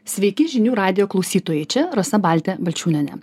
sveiki žinių radijo klausytojai čia rasa baltė balčiūnienė